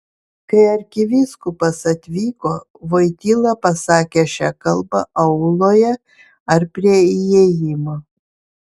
kai arkivyskupas atvyko voityla pasakė šią kalbą auloje ar prie įėjimo